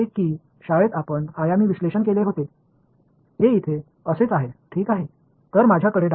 எனவே நீங்கள் செய்ய வேண்டிய ஒரு எளிய சோதனை இது பள்ளியைப் போலவே நாம் பரிமாண பகுப்பாய்வையும் செய்ய வேண்டும்